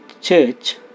church